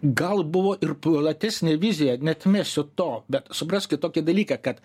gal buvo ir platesnė vizija neatmesiu to bet supraskit tokį dalyką kad